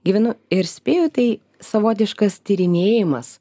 gyvenu ir spėju tai savotiškas tyrinėjimas